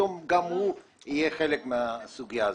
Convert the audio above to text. פתאום גם הוא יהיה חלק מן הסוגיה הזאת.